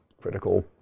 critical